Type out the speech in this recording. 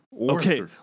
Okay